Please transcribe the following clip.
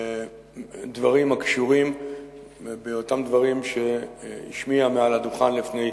דברים הקשורים באותם דברים שהשמיע מעל הדוכן לפני